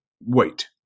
Wait